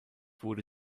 wurde